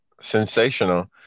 Sensational